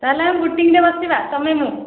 ତାହେଲେ ଆମେ ବୋଟିଂରେ ବସିବା ତୁମେ ମୁଁ